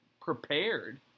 prepared